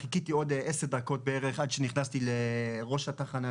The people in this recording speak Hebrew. חיכיתי עוד 10 דקות בערך עד שנכנסתי לראש התחנה,